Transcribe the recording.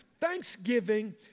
Thanksgiving